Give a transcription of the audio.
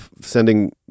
sending